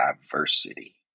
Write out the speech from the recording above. diversity